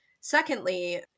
Secondly